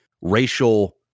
racial